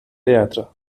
teatre